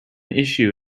issue